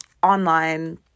online